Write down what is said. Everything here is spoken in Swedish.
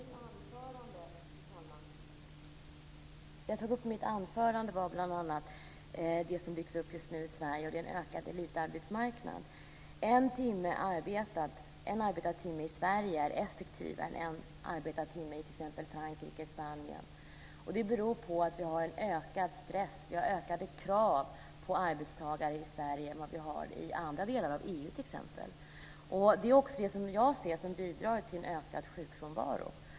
Fru talman! Det som jag tog upp i mitt anförande var bl.a. att det nu i Sverige byggs upp en ökande elitarbetsmarknad. En arbetad timme i Sverige är effektivare än en arbetad timme i t.ex. Frankrike och Spanien, och det beror på den större ökningen av kraven på arbetstagare i Sverige än t.ex. i det övriga EU. Som jag ser det bidrar detta till en ökad sjukfrånvaro.